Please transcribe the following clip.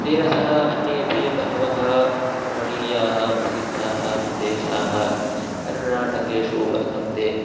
तेन सह अन्येऽपि बहवः रमणीयाः प्रसिद्धाः प्रदेशाः कर्णाटकेषु वर्तन्ते